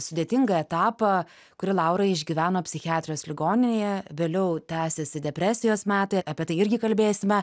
sudėtingą etapą kurį laura išgyveno psichiatrijos ligoninėje vėliau tęsėsi depresijos metai apie tai irgi kalbėsime